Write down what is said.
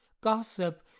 gossip